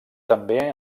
també